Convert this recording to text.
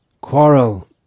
quarrel